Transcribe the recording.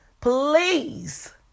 please